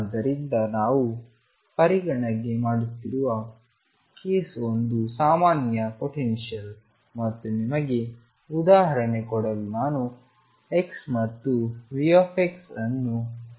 ಆದ್ದರಿಂದ ನಾವು ಪರಿಗಣನೆ ಮಾಡುತ್ತಿರುವ ಕೇಸ್ ಒಂದು ಸಾಮಾನ್ಯ ಪೊಟೆನ್ಶಿಯಲ್ ಮತ್ತು ನಿಮಗೆ ಉದಾಹರಣೆ ಕೊಡಲು ನಾನು x ಮತ್ತು V ಅನ್ನು ಪ್ಲಾಟ್ ಮಾಡುತ್ತಿದ್ದೇನೆ